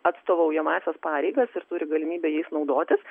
atstovaujamąsias pareigas ir turi galimybę jais naudotis